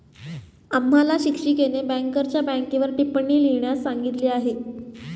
आम्हाला शिक्षिकेने बँकरच्या बँकेवर टिप्पणी लिहिण्यास सांगितली आहे